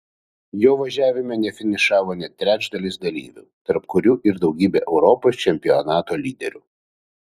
jo važiavime nefinišavo net trečdalis dalyvių tarp kurių ir daugybė europos čempionato lyderių